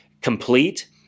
complete